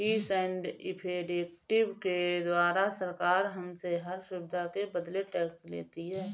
fees and effective के द्वारा सरकार हमसे हर सुविधा के बदले टैक्स लेती है